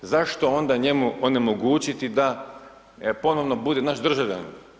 Zašto onda njemu onemogućiti da ponovno bude naš državljanin?